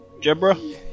Jebra